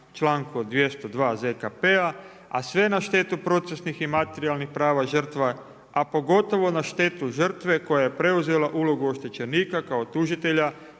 članku 202. ZKP-a sve na štetu procesnih i materijalnih prava žrtva a pogotovo na štetu žrtve koja je preuzela ulogu oštećenika kao tužitelja